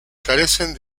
carecen